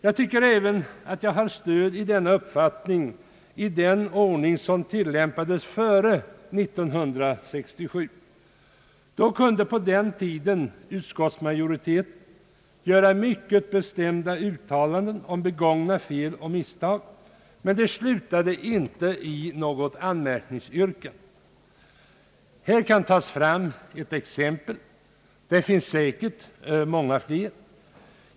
Jag tycker även att jag har stöd för denna uppfattning i den ordning som tillämpades före 1967. Då kunde utskottsmajoriteten göra mycket bestämda uttalanden om begångna fel och misstag, men de slutade inte med något anmärkningsyrkande. Här kan tas fram ett exempel — det finns säkert många flera.